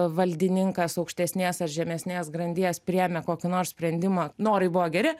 valdininkas aukštesnės ar žemesnės grandies priėmė kokį nors sprendimą norai buvo geri